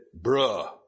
bruh